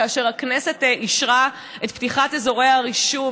כאשר הכנסת אישרה את פתיחת אזורי הרישום,